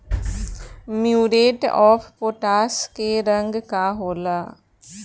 Muriate of potash के रंग का होला?